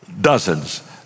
dozens